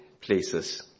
places